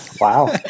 Wow